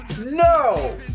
no